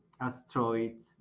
asteroids